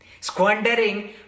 squandering